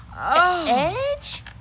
edge